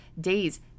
days